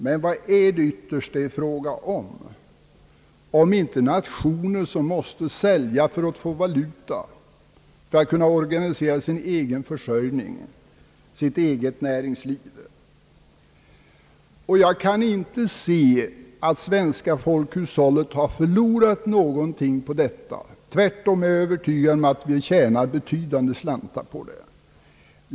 Men ytterst är det fråga om nationer som måste sälja i syfte att få valuta för att organisera sin egen försörjning, sitt eget näringsliv. Jag kan inte se att det svenska folkhushållet har förlorat någonting på detta. Tvärtom är jag övertygad om att vi tjänar betydande slantar därpå.